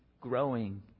growing